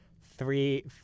three